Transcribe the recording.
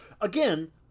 Again